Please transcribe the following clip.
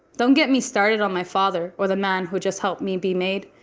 don't get me started on my father or the man who just helped me be made,